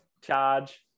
charge